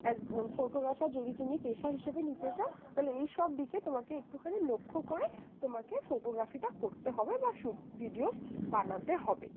as photographer যদি তুমি পেশা হিসেবে নিতে চাও তাহলে এইসব দিকে তোমাকে একটুখানি লক্ষ্য করে তোমাকে ফটোগ্রাফিটা করতে হবে বা শ্যুট ভিডিওস বানাতে হবে